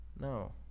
No